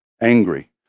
angry